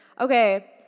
Okay